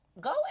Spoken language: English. Go